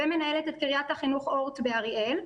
ומנהלת את קרית החינוך אורט באריאל.